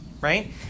right